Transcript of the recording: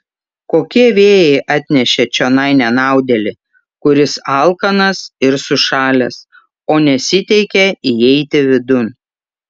kokie vėjai atnešė čionai nenaudėlį kuris alkanas ir sušalęs o nesiteikia įeiti vidun